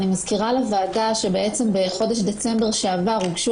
אני מזכירה לוועדה שבעצם בחודש דצמבר שעבר הוגשו